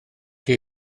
chi